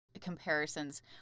comparisons